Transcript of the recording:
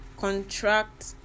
contract